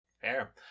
Fair